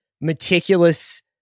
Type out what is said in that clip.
meticulous